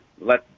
let